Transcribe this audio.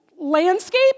landscape